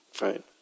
right